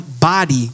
body